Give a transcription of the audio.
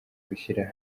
gushyira